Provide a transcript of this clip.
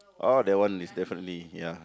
oh that one is definitely ya